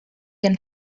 can